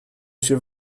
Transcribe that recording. się